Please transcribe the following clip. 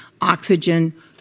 oxygen